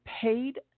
paid